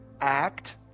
act